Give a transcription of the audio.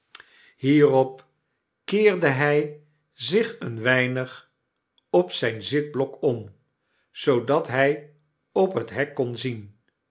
hierop keerde hij zich een weinig op zyn zitblok om zoodat hij op het hek kon zien